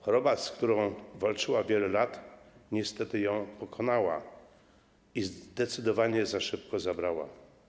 Choroba, z którą walczyła wiele lat, niestety ją pokonała i zdecydowanie za szybko zabrała.